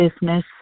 business